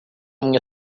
mnie